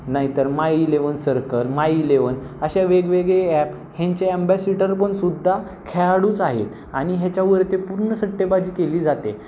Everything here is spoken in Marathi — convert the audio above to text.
नाही तर my eleven circle my eleven अशा वेगवेगळे ॲप ह्यांचे अँबॅसिटर पण सुद्धा खेळाडूच आहेत आणि ह्याच्यावरती पूर्ण सट्टेबाजी केली जाते